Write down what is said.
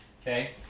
Okay